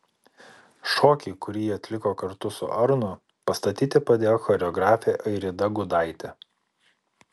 šokį kurį jį atliko kartu su arnu pastatyti padėjo choreografė airida gudaitė